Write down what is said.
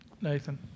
Nathan